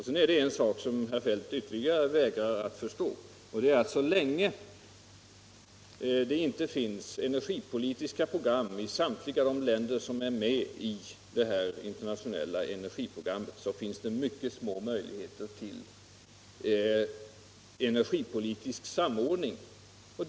Sedan är det ytterligare en sak som herr Feldt vägrar att förstå, och det är att så länge det inte finns energipolitiska program i samtliga de länder som är med i det internationella energiprogrammet är möjligheterna till energipolitisk samordning mycket små.